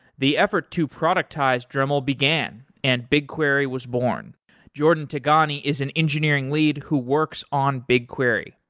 the effort to productize dremel began, and bigquery was born jordan tigani is an engineering lead who works on bigquery,